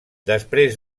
després